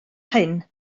hyn